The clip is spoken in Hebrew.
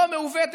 לא מעוותת,